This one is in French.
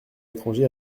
étrangers